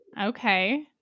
Okay